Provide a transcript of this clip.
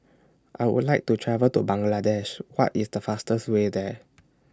I Would like to travel to Bangladesh What IS The fastest Way There